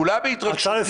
כולה בהתרגשות.